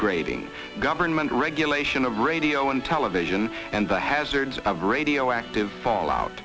grading government regulation of radio and television and the hazards of radioactive fallout